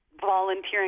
volunteering